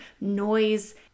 noise